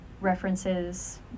references